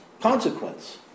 consequence